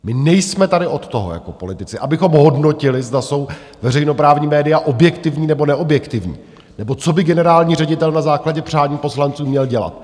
My nejsme tady od toho jako politici, abychom hodnotili, zda jsou veřejnoprávní média objektivní, nebo neobjektivní, nebo co by generální ředitel na základě přání poslanců měl dělat.